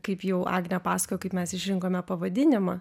kaip jau agnė pasakojo kaip mes išrinkome pavadinimą